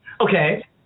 Okay